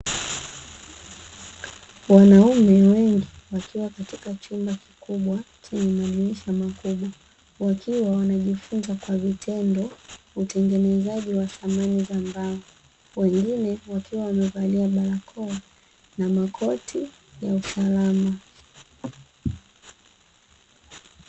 Wanaume wengi wakiwa katika chumba kikubwa chenye madirisha makubwa, wakiwa wanajifunza kwa vitendo utengenezaji wa thamani za mbao, wengine wakiwa wamevalia barakoa na makoti ya usalama.